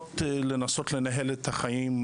ממשיכות לנסות לנהל אתה חיים,